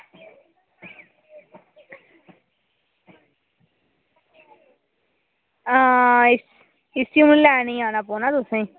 आं इसली लैने गी जाना पौना कदें तुसें ई